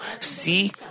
see